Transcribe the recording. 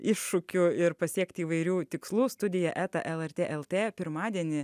iššūkių ir pasiekt įvairių tikslų studija eta lrt lt pirmadienį